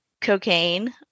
Cocaine